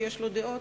שיש לו דעות,